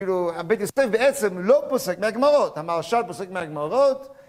הבית הישראל בעצם לא פוסק מהגמרות, המהרשל פוסק מהגמרות